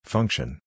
Function